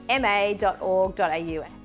ma.org.au